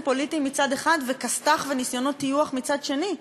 פוליטיים מצד אחד וכסת"ח וניסיונות טיוח מצד שני.